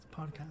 podcast